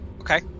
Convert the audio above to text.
Okay